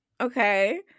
okay